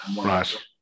right